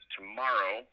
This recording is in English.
tomorrow